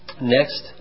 next